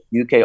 UK